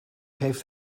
heeft